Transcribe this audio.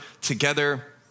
together